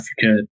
Africa